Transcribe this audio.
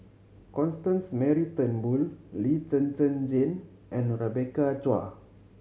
Constance Mary Turnbull Lee Zhen Zhen Jane and Rebecca Chua